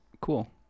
cool